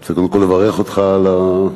רוצה קודם כול לברך אותך על התפקיד.